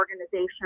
organization